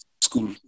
school